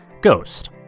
Ghost